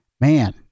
man